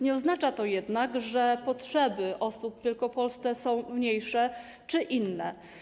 Nie oznacza to jednak, że potrzeby osób w Wielkopolsce są mniejsze czy inne.